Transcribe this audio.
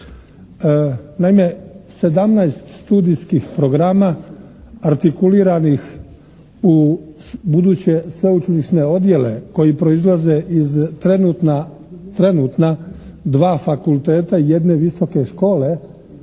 Naime 17 studijskih programa artikuliranih u buduće sveučilišne odjele koji proizlaze iz trenutna, trenutna dva fakulteta jedne visoke škole